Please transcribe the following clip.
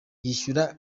yishyura